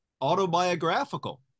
autobiographical